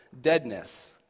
deadness